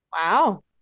Wow